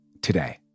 today